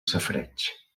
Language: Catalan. safareig